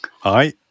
Hi